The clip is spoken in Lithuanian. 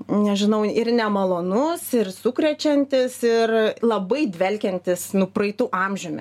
nežinau ir nemalonus ir sukrečiantis ir labai dvelkiantis nu praeitu amžiumi